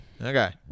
Okay